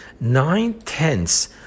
nine-tenths